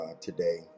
today